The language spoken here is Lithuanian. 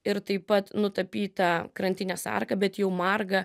ir taip pat nutapytą krantinės arką bet jau margą